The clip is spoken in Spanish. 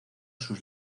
sus